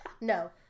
No